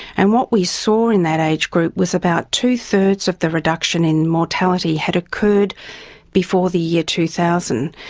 and what we saw in that age group was about two-thirds of the reduction in mortality had occurred before the year two thousand.